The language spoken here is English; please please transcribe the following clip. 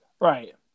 Right